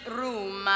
room